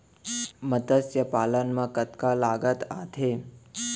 मतस्य पालन मा कतका लागत आथे?